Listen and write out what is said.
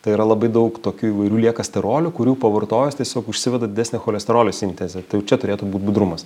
tai yra labai daug tokių įvairių lieka sterolių kurių pavartojus tiesiog užsiveda desnė cholesterolio sintezė tai jau čia turėtų būt budrumas